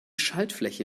schaltfläche